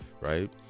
right